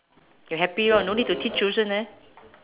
you happy lor no need to teach children eh